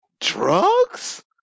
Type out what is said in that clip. drugs